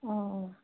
অঁ অঁ